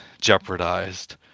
jeopardized